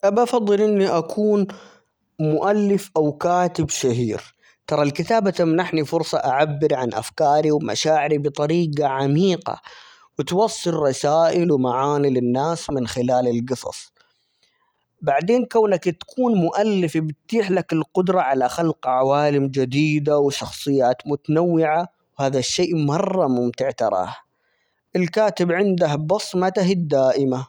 أبَي أفَضِّل إني أكون مؤلف أو كاتب شهير؛ ترى الكتابة تمنحني فرصة أُعَبِّر عن أفكاري ومشاعري بطريجة عميقة، وتوصل رسائل ومعاني للناس من خلال الجصص، بعدين، كونك تكون مؤلف بِيتيح لك القدرة على خلق عوالم جديدة وشخصيات متنوعة، وهذا الشيء مرة ممتع تراه، الكاتب عنده بصمته الدائمة.